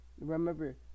remember